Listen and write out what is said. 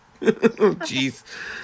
Jeez